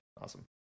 awesome